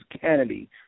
Kennedy